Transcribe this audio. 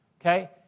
Okay